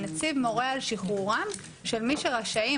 הנציב מורה על שחרורם של מי שרשאים,